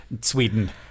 Sweden